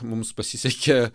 mums pasisekė